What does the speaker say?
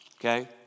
okay